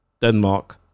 Denmark